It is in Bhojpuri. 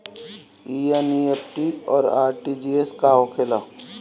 ई एन.ई.एफ.टी और आर.टी.जी.एस का होखे ला?